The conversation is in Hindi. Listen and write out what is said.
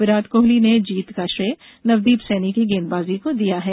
विराट कोहली ने जीत का श्रेय नवदीप सैनी की गेंदबाजी को दिया है